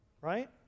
right